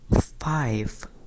five